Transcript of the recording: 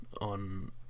on